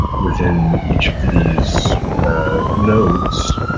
within each of these nodes,